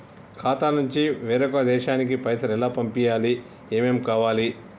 ఖాతా నుంచి వేరొక దేశానికి పైసలు ఎలా పంపియ్యాలి? ఏమేం కావాలి?